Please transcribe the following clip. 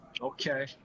Okay